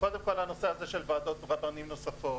קודם כול, נושא של ועדות רבנים נוספות